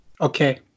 Okay